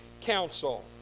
council